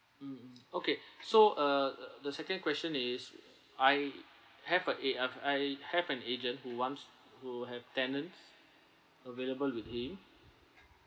mm mm okay so uh the second question is I have a a~ uh I have an agent who wants who have tenants available with him